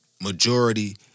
Majority